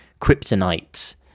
kryptonite